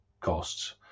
costs